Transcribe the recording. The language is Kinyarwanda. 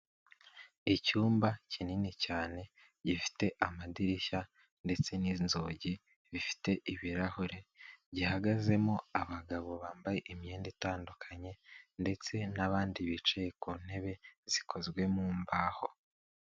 Icyumba kinini cyane gifite amadirishya ndetse n'inzugi zifite ibirahure gihagazemo abagabo bambaye imyenda itandukanye ndetse n'abandi bicaye ku ntebe zikozwe mu mbaho.